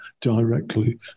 directly